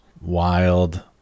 wild